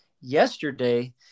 yesterday